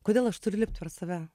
kodėl aš turiu lipt per save